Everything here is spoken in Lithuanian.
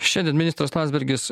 šiandien ministras landsbergis